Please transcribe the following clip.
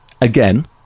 Again